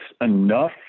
enough